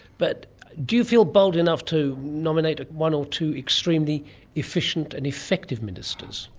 but do you feel bold enough to nominate one or two extremely efficient and effective ministers?